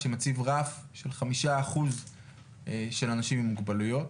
שמציב רף של חמישה אחוז של אנשים עם מוגבלויות.